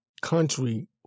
country